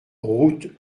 route